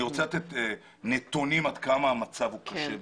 אני רוצה לתת נתונים כדי שתראו עד כמה המצב הוא קשה וחמור.